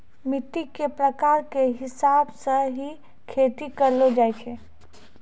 मिट्टी के प्रकार के हिसाब स हीं खेती करलो जाय छै